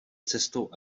cestou